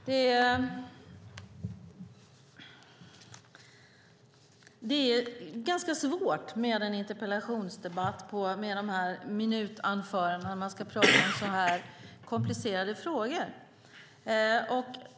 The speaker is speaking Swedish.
Fru talman! Det är ganska svårt att prata om sådana här komplicerade frågor i en interpellationsdebatt med dessa korta anföranden.